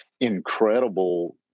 incredible